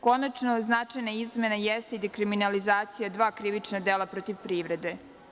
Konačno, značajna izmena jeste dekriminalizacija dva krivična dela protiv privrede.